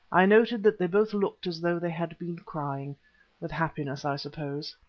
i noted that they both looked as though they had been crying with happiness, i suppose.